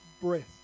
breath